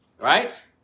Right